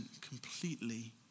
completely